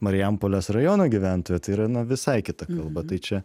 marijampolės rajono gyventoją tai yra na visai kita kalba tai čia